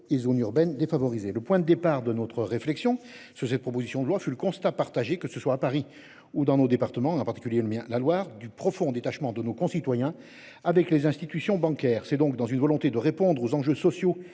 il zones urbaines défavorisées. Le point de départ de notre réflexion ce cette proposition de loi fut le constat partagé, que ce soit à Paris ou dans nos départements en particulier le mien la Loire du profond détachement de nos concitoyens avec les institutions bancaires. C'est donc dans une volonté de répondre aux enjeux sociaux